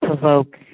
provoke